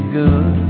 good